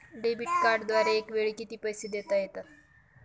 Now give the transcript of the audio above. Debit कार्डद्वारे एकावेळी किती पैसे देता येतात?